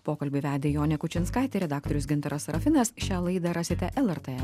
pokalbį vedė jonė kučinskaitė redaktorius gintaras rafinas šią laidą rasite lrt